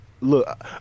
look